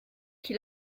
qui